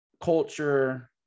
culture